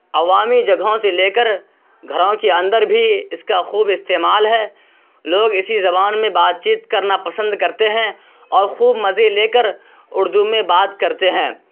عوامی جگہوں سے لے کر گھروں کے اندر بھی اس کا خوب استعمال ہے لوگ اسی زبان میں بات چیت کرنا پسند کرتے ہیں اور خوب مزے لے کر اردو میں بات کرتے ہیں